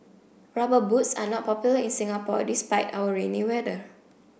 rubber boots are not popular in Singapore despite our rainy weather